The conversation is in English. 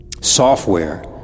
Software